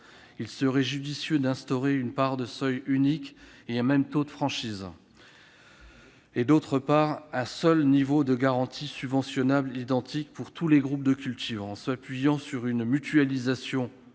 Il serait judicieux d'instaurer, d'une part, un seuil unique et un même taux de franchise et, d'autre part, un seul niveau de garantie subventionnable identique pour tous les groupes de cultures, en s'appuyant sur une mutualisation inter-cultures